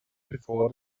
before